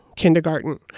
Kindergarten